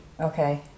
Okay